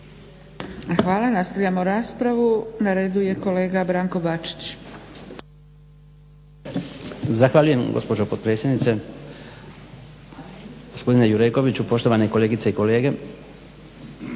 Hvala. Nastavljamo raspravu. Na redu je kolega Branko Bačić.